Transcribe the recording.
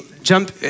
jump